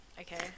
Okay